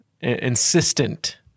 insistent